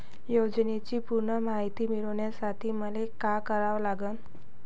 योजनेची पूर्ण मायती मिळवासाठी मले का करावं लागन?